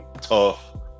tough